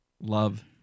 Love